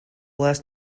last